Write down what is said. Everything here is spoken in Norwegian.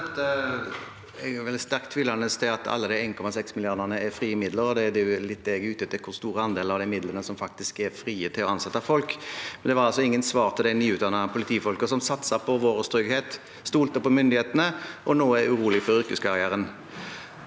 Jeg er veldig sterkt tvilende til at alle de 1,6 milliardene er frie midler, og det er det jeg er litt ute etter, hvor stor andel av de midlene som faktisk er frie til å ansette folk. Det var altså ingen svar til de nyutdannede politifolkene som satset på vår trygghet, stolte på myndighetene og nå er urolig for yrkeskarrieren.